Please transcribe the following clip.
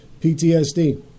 PTSD